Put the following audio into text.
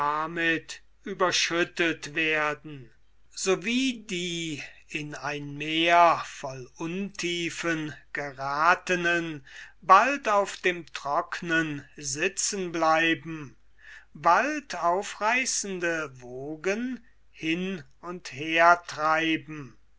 damit überschüttet werden so wie die in ein meer voll untiefen gerathenen bald auf dem trocknen sitzen bleiben bald aufreißenden wogen hin und her treiben